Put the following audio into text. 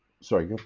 sorry